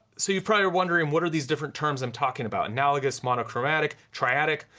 so your probably are wondering what are these different terms i'm talking about? analogous, monochromatic, triadic?